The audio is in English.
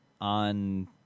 on